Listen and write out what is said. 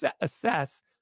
assess